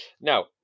Now